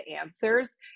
answers